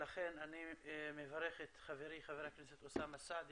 לכן אני מברך את חברי, חבר הכנסת אוסאמה סעדי